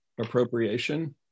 appropriation